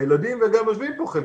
הילדים, וגם יושבים פה חלקם,